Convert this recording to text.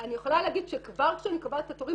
ואני יכולה להגיד שכבר כשאני קובעת את התורים,